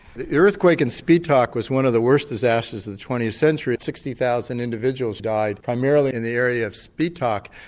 the earthquake in spitak was one of the worst disasters of the twentieth century, sixty thousand individuals died primarily in the area of spitak,